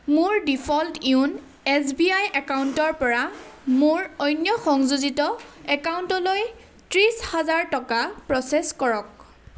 মোৰ default YONO S B I একাউণ্টৰ পৰা মোৰ অন্য সংযোজিত একাউণ্টলৈ ত্ৰিছ হাজাৰ টকা প্ৰ'চেছ কৰক